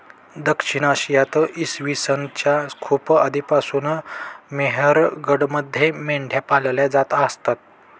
दक्षिण आशियात इसवी सन च्या खूप आधीपासून मेहरगडमध्ये मेंढ्या पाळल्या जात असत